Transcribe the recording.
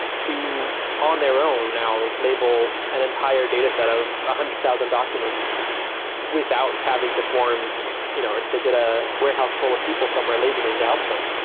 to on their own now label an entire dataset of one ah hundred thousand documents without having to form you know or to get a warehouse full of people somewhere labeling to help them.